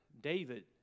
David